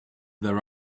their